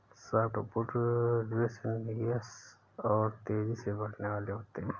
softwood resinous और तेजी से बढ़ने वाले होते हैं